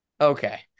Okay